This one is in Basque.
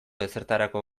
ezertarako